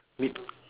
mid~